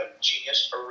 Genius